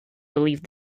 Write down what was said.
believed